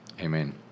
Amen